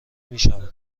میشوند